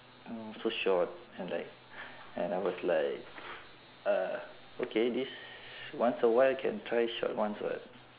oh so short then like and I was like uh okay this once a while can try short ones [what]